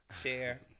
share